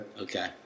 Okay